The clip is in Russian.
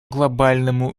глобальному